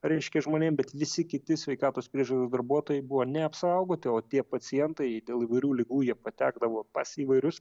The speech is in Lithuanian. reiškia žmonėm bet visi kiti sveikatos priežiūros darbuotojai buvo neapsaugoti o tie pacientai dėl įvairių ligų jie patekdavo pas įvairius